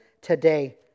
today